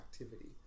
activity